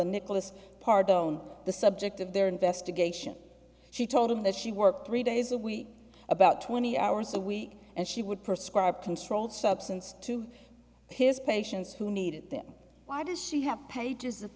a nicholas part on the subject of their investigation she told him that she worked three days a week about twenty hours a week and she would prescribe controlled substance to his patients who needed them why does she have pages